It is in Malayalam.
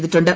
യിട്ടുണ്ട്